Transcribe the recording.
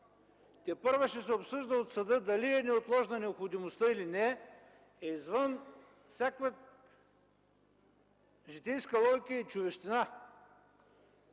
тепърва ще се обсъжда от съда дали е неотложна необходимостта, или не, е извън всякаква житейска логика и човещина.